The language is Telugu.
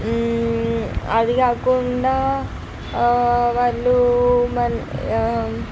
అదీకాకుండా ఆ వాళ్ళు మన్